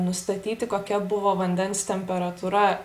nustatyti kokia buvo vandens temperatūra